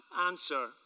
answer